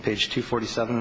page two forty seven